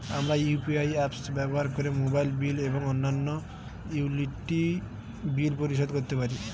আমরা UPI apps ব্যবহার করে মোবাইল বিল এবং অন্যান্য ইউটিলিটি বিল পরিশোধ করতে পারি